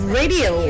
radio